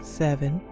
seven